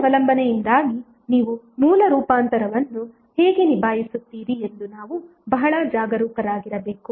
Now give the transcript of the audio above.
ಈ ಅವಲಂಬನೆಯಿಂದಾಗಿ ನೀವು ಮೂಲ ರೂಪಾಂತರವನ್ನು ಹೇಗೆ ನಿಭಾಯಿಸುತ್ತೀರಿ ಎಂದು ನಾವು ಬಹಳ ಜಾಗರೂಕರಾಗಿರಬೇಕು